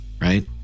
right